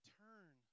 turn